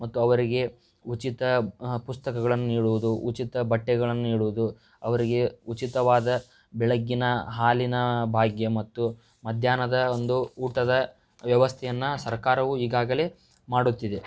ಮತ್ತು ಅವರಿಗೆ ಉಚಿತ ಪುಸ್ತಕಗಳನ್ನು ನೀಡುವುದು ಉಚಿತ ಬಟ್ಟೆಗಳನ್ನು ನೀಡುವುದು ಅವರಿಗೆ ಉಚಿತವಾದ ಬೆಳಗ್ಗಿನ ಹಾಲಿನ ಭಾಗ್ಯ ಮತ್ತು ಮಧ್ಯಾಹ್ನದ ಒಂದು ಊಟದ ವ್ಯವಸ್ಥೆಯನ್ನು ಸರ್ಕಾರವು ಈಗಾಗಲೇ ಮಾಡುತ್ತಿದೆ